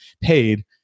paid